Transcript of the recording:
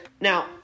Now